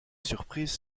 surprise